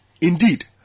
Indeed